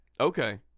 Okay